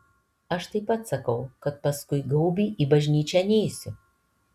aš taip pat sakau kad paskui gaubį į bažnyčią neisiu